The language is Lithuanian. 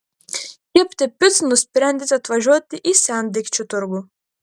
kepti picų nusprendėte atvažiuoti į sendaikčių turgų